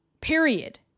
period